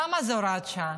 למה זו הוראת שעה?